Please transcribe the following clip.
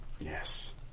Yes